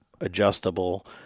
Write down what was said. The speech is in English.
adjustable